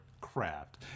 craft